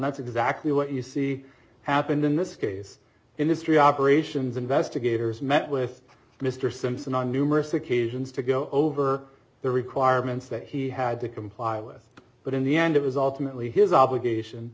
that's exactly what you see happened in this case industry operations investigators met with mr simpson on numerous occasions to go over the requirements that he had to comply with but in the end it was ultimately his obligation